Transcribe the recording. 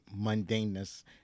mundaneness